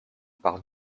par